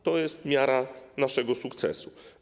To jest miara naszego sukcesu.